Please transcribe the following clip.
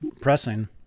pressing